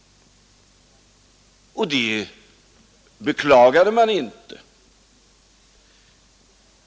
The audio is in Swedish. Det beklagade man inte i och för sig.